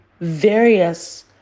various